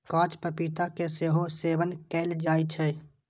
कांच पपीता के सेहो सेवन कैल जाइ छै